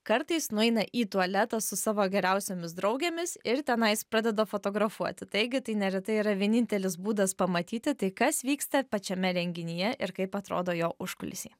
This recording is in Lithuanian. kartais nueina į tualetą su savo geriausiomis draugėmis ir tenais pradeda fotografuoti taigi tai neretai yra vienintelis būdas pamatyti tai kas vyksta pačiame renginyje ir kaip atrodo jo užkulisiai